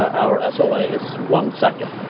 our so sla is one second.